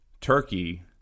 Turkey